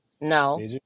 No